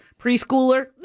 preschooler